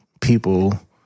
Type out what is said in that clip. people